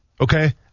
okay